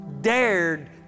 dared